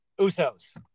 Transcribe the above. Usos